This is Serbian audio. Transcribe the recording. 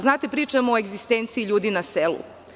Znate, pričamo o egzistenciji ljudi na selu.